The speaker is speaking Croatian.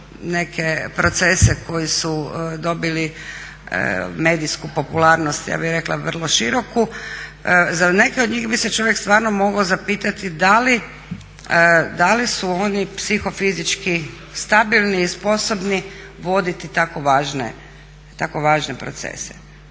neke procese koji su dobili medijsku popularnost ja bih rekla vrlo široku. Za neke od njih bi se čovjek stvarno mogao zapitati da li su oni psihofizički stabilni i sposobni voditi tako važne procese.